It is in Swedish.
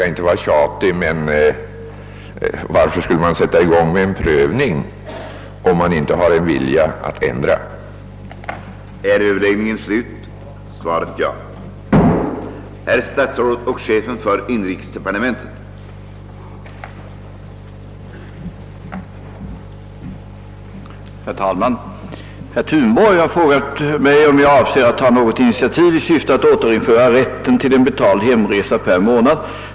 Jag vill inte vara tjatig, men jag undrar ändå varför man skulle sätta i gång en prövning av reglerna om man inte har en vilja att ändra dem.